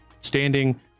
standing